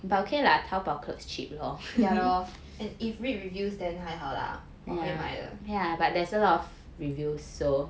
ya lor and if read reviews then 还好 lah 我会买的